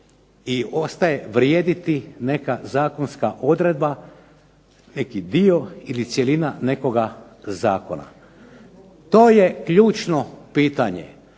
i ostaje vrijediti neka zakonska odredba neki dio ili cjelina nekoga zakona. To je ključno pitanje.